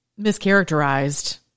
mischaracterized